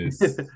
yes